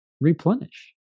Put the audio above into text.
replenish